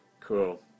Cool